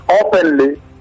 openly